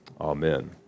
amen